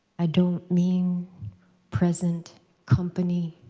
i don't mean present company,